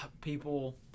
People